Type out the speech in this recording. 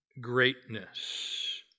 greatness